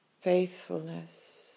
faithfulness